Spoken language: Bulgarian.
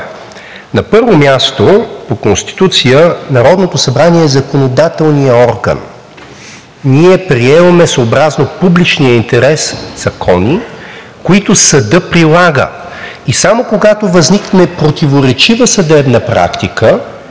На първо място, по Конституция Народното събрание е законодателният орган. Ние приемаме съобразно публичния интерес закони, които съдът прилага, и само когато възникне противоречива съдебна практика,